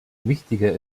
wichtiger